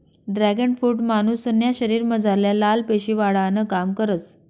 dragon fruit मानुसन्या शरीरमझारल्या लाल पेशी वाढावानं काम करस